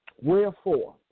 Wherefore